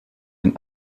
den